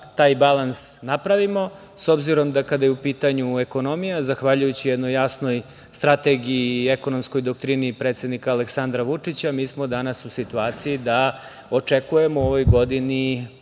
taj balans napravimo, s obzirom da kada je u pitanju ekonomija, zahvaljujući jednoj jasnoj strategiji i ekonomskoj doktrini predsednika Aleksandra Vučića, mi smo danas u situaciji da očekujemo u ovoj godini